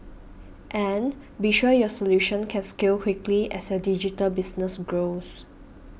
and be sure your solution can scale quickly as your digital business grows